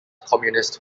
communist